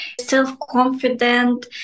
self-confident